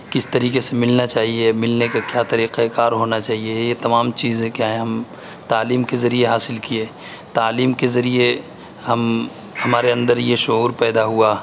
کس طریقے سے ملنا چاہیے ملنے کے کیا طریقہ کار ہونا چاہیے یہ تمام چیزیں کیا ہیں ہم تعلیم کے ذریعے حاصل کیے تعلیم کے ذریعے ہم ہمارے اندر یہ شعور پیدا ہوا